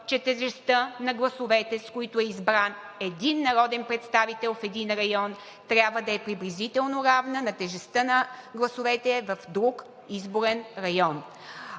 че тежестта на гласовете, с които е избран един народен представител в един район, трябва да е приблизително равна на тежестта на гласовете в друг изборен район.